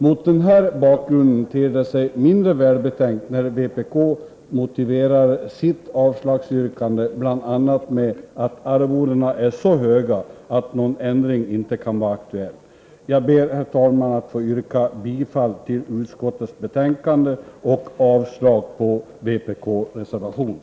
Mot den här bakgrunden ter det sig mindre välbetänkt när vpk motiverar sitt avslagsyrkande bl.a. med att arvodena är så höga att någon ändring inte kan vara aktuell. Jag ber, herr talman, att få yrka bifall till hemställan i utskottets betänkande 1983/84:34 och avslag på vpk-reservationen.